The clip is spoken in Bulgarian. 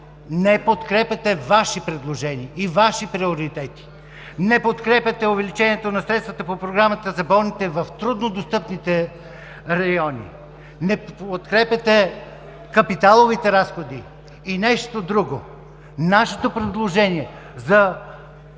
на подкрепяте Ваши предложения и Ваши приоритети. Не подкрепяте увеличението на средствата по Програмата за болните в трудно достъпните райони. Не подкрепяте капиталовите разходи. И нещо друго, нашето предложение за